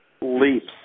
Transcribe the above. leaps